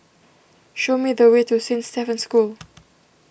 show me the way to Saint Stephen's School